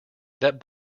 that